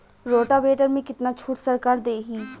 Rotavator में कितना छूट सरकार देही?